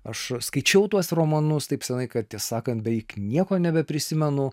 aš skaičiau tuos romanus taip senai kad tiesą sakant beveik nieko nebeprisimenu